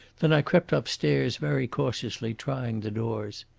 then i crept upstairs very cautiously, trying the doors.